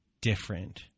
different